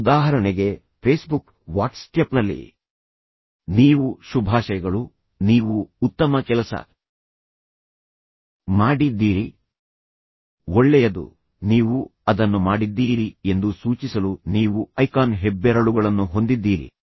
ಉದಾಹರಣೆಗೆ ಫೇಸ್ಬುಕ್ ವಾಟ್ಸ್ಆ್ಯಪ್ನಲ್ಲಿ ನೀವು ಶುಭಾಶಯಗಳು ನೀವು ಉತ್ತಮ ಕೆಲಸ ಮಾಡಿದ್ದೀರಿ ಒಳ್ಳೆಯದು ನೀವು ಅದನ್ನು ಮಾಡಿದ್ದೀರಿ ಎಂದು ಸೂಚಿಸಲು ನೀವು ಐಕಾನ್ ಹೆಬ್ಬೆರಳುಗಳನ್ನು ಹೊಂದಿದ್ದೀರಿ